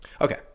Okay